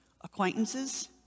acquaintances